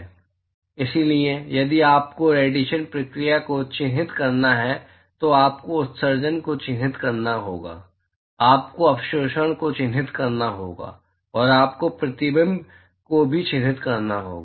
इसलिए यदि आपको रेडिएशन प्रक्रिया को चिह्नित करना है तो आपको उत्सर्जन को चिह्नित करना होगा आपको अवशोषण को चिह्नित करना होगा और आपको प्रतिबिंब को भी चिह्नित करना होगा